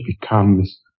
becomes